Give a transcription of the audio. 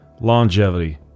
longevity